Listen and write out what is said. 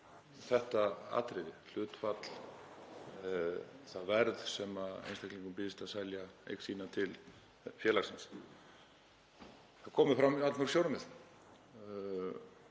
þetta atriði, hlutfallið og það verð sem einstaklingum býðst að selja eign sína á til félagsins. Það komu fram allmörg sjónarmið.